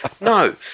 No